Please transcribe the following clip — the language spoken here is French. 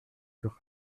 sur